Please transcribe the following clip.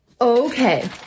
Okay